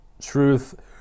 Truth